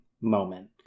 moment